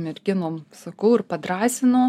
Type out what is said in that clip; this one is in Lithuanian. merginom sakau ir padrąsinu